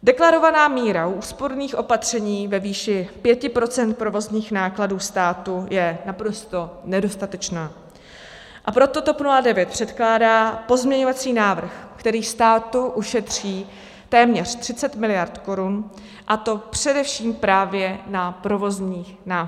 Deklarovaná míra úsporných opatření ve výši 5 % provozních nákladů státu je naprosto nedostatečná, a proto TOP 09 předkládá pozměňovací návrh, který státu ušetří téměř 30 miliard korun, a to především právě na provozních nákladech.